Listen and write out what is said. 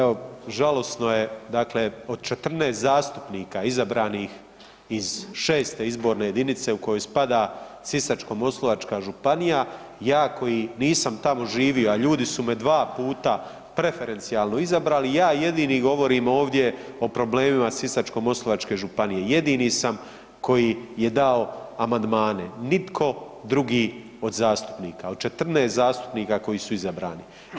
Evo žalosno je, dakle od 14 zastupnika izabranih iz 6. izborne jedinice u koju spada Sisačko-moslavačka županija, ja koji nisam tamo živio, a ljudi su me dva puta preferencijalno izabrali, ja jedini govorim ovdje o problemima Sisačko—moslavačke županije, jedini sam koji je dao amandmane, nitko drugi od zastupnika, od 14 zastupnika koji su izabrani.